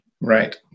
Right